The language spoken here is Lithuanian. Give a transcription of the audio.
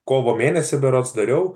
kovo mėnesį berods dariau